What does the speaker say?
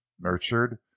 nurtured